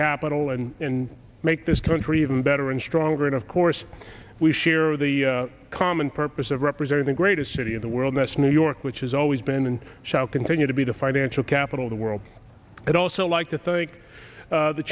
capital and in make this country even better and stronger and of course we share the common purpose of representing the greatest city in the world that's new york which has always been and shall continue to be the financial capital of the world i'd also like to thank